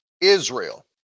Israel